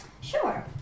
Sure